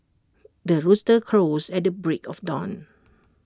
the rooster crows at the break of dawn